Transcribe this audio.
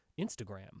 instagram